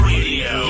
Radio